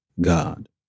God